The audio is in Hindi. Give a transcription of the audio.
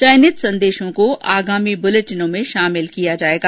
चयनित संदेशों को आगामी बुलेटिनों में शामिल किया जाएगा